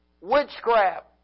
witchcraft